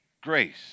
grace